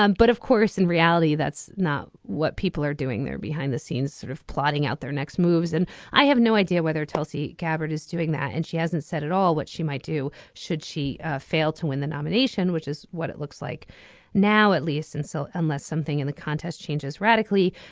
um but of course and reality that's not what people are doing there behind the scenes sort of plotting out their next moves and i have no idea whether tulsi gabbard is doing that and she hasn't said at all what she might do should she ah failed to win the nomination which is what it looks like now at least. and so unless something in the contest changes radically.